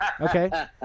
okay